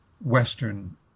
Western